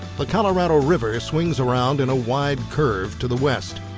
but colorado river ah swings around in a wide curve to the west.